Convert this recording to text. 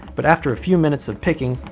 but after a few minutes of picking,